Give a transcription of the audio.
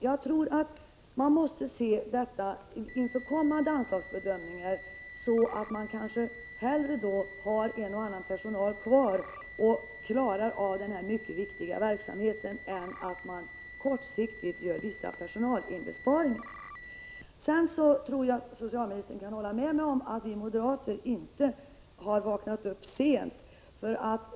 Jag tror att man inför kommande anslagsbedömningar måste se detta så att man kanske hellre behåller en och annan anställd och därigenom klarar av den mycket viktiga verksamheten än att man kortsiktigt gör vissa personalinskränkningar. Vidare tror jag att socialministern kan hålla med mig om att vi moderater inte har ”vaknat upp sent”.